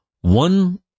One